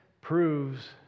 proves